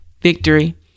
Victory